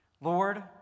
Lord